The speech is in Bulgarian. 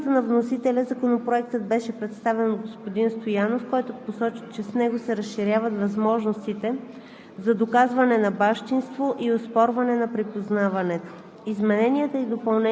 госпожа Донка Аврамова – държавен експерт в дирекция „Съвет по законодателство“. От името на вносителя Законопроектът беше представен от господин Стоянов, който посочи, че с него се разширяват възможностите